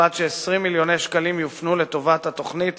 הוחלט ש-20 מיליון שקל יופנו לטובת התוכנית